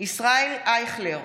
ישראל אייכלר,